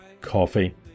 coffee